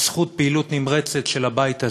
בזכות פעילות נמרצת של הבית הזה,